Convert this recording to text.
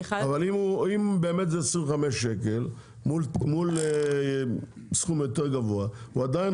אבל אם באמת זה 25 שקל מול סכום יותר גבוה הוא עדיין